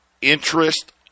Interest